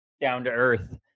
down-to-earth